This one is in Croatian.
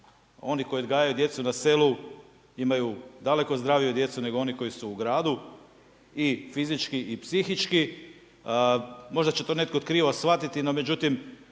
oni koji odgajaju djecu na selu imaju daleko zdraviju djecu nego oni koji su u gradu i fizički i psihički. Možda će to netko krivo shvatiti, no međutim